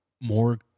more